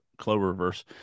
Cloververse